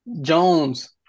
Jones